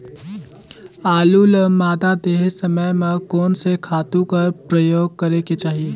आलू ल मादा देहे समय म कोन से खातु कर प्रयोग करेके चाही?